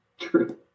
True